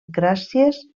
gràcies